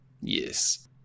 Yes